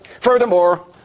Furthermore